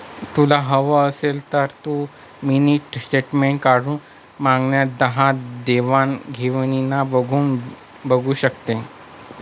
तुला हवं असेल तर तू मिनी स्टेटमेंट काढून मागच्या दहा देवाण घेवाणीना बघू शकते